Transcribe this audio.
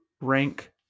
rank